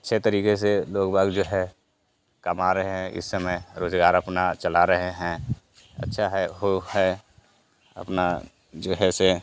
अच्छे तरीक़े से दोखभाल जो है कमा रहे हैं इस समय रोज़गार अपना चला रहे हैं अच्छा है हो है अपना जो है से